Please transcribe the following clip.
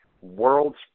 world's